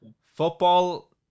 football